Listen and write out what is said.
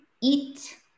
Eat